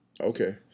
Okay